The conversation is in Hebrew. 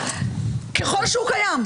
ככל שהוא קיים,